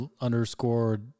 underscore